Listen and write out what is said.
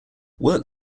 work